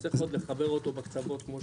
צריך עוד לחבר אותו בקצוות כמו שצריך.